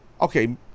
okay